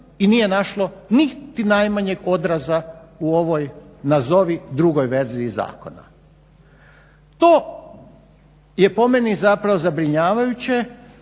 i nije našlo niti najmanjeg odraza u ovoj nazovi drugoj verziji zakona. To je po meni zapravo zabrinjavajuće,